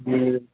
जी